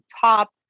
top